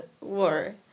War